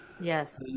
Yes